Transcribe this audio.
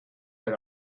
had